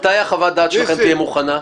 מתי חוות הדעת שלכם תהיה מוכנה?